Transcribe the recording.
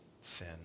sin